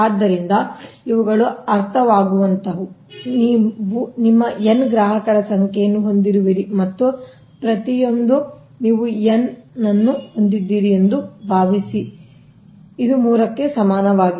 ಆದ್ದರಿಂದ ಇವುಗಳು ಅರ್ಥವಾಗುವಂತಹವು ನೀವು ನಿಮ್ಮ n ಗ್ರಾಹಕರ ಸಂಖ್ಯೆಯನ್ನು ಹೊಂದಿರುವಿರಿ ಮತ್ತು ಪ್ರತಿಯೊಂದಕ್ಕೂ ನೀವು n ಅನ್ನು ಹೊಂದಿದ್ದೀರಿ ಎಂದು ಭಾವಿಸಿ 3 ಗೆ ಸಮನಾಗಿರುತ್ತದೆ